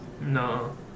no